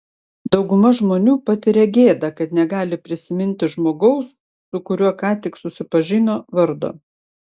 dauguma žmonių patiria gėdą kad negali prisiminti žmogaus su kuriuo ką tik susipažino vardo